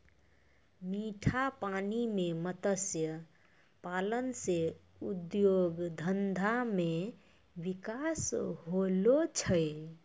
मीठा पानी मे मत्स्य पालन से उद्योग धंधा मे बिकास होलो छै